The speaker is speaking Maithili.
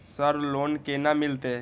सर लोन केना मिलते?